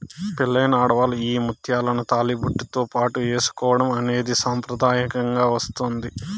పెళ్ళైన ఆడవాళ్ళు ఈ ముత్యాలను తాళిబొట్టుతో పాటు ఏసుకోవడం అనేది సాంప్రదాయంగా వస్తాంది